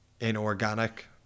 inorganic